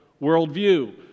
worldview